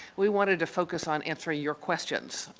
we wanted to focus on answering your questions,